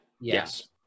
Yes